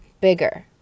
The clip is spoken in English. bigger